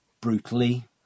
brutally